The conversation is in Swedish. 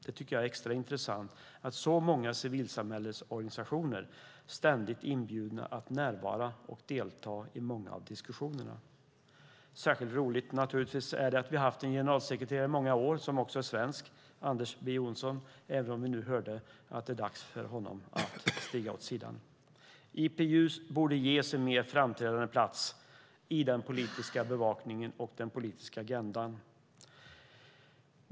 Jag tycker att det är extra intressant att så många civilsamhällesorganisationer ständigt är inbjudna att närvara och delta i många av diskussionerna. Särskilt roligt är det naturligtvis att vi i många år haft en generalsekreterare som är svensk, Anders B Johnsson, även om vi nu hörde att det är dags för honom att stiga åt sidan. IPU borde ges en mer framträdande plats i den politiska bevakningen och den politiska agendan.